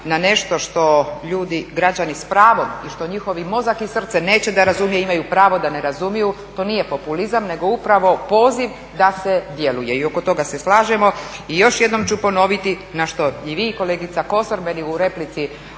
na nešto što ljudi, građani s pravom i što njihovi mozak i srce neće da razumije imaju pravo da ne razumiju, to nije populizam nego upravo poziv da se djeluje i oko toga se slažemo. I još jednom ću ponoviti na što i vi, kolegica Kosor meni u replici